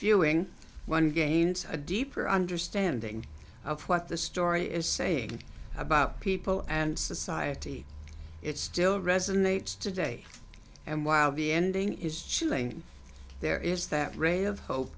viewing one gains a deeper understanding of what the story is saying about people and society it still resonates today and while the ending is chilling there is that ray of hope